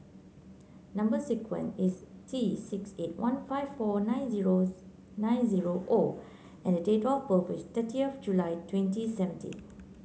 number sequence is T six eight one five four nine zero nine zero O and date of birth is thirtieth of July twenty seventeen